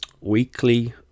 weekly